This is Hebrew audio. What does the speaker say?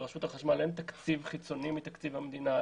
לרשות החשמל תקציב חיצוני מתקציב המדינה,